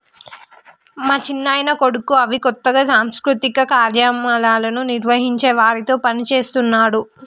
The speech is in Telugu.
మా చిన్నాయన కొడుకు అవి కొత్తగా సాంస్కృతిక కార్యక్రమాలను నిర్వహించే వారితో పనిచేస్తున్నాడు